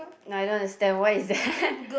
no I don't understand what is that